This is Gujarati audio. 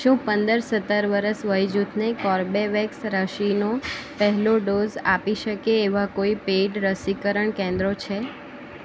શું પંદર સત્તર વર્ષ વયજૂથને કોર્બેવેક્સ રસીનો પહેલો ડોઝ આપી શકે એવા કોઈ પેડ રસીકરણ કેન્દ્રો છે